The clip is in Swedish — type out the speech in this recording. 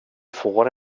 får